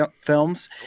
films